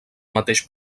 mateix